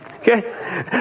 Okay